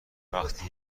وقتی